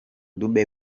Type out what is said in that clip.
dube